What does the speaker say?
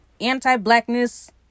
anti-blackness